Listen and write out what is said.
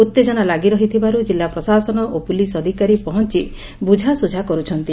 ଉତ୍ତେଜନା ଲାଗି ରହିଥିବାରୁ ଜିଲ୍ଲା ପ୍ରଶାସନ ଓ ପୁଲିସ୍ ଅଧିକାରୀ ପହଞ୍ ବୁଝାଶୁଝା କରୁଛନ୍ତି